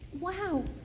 wow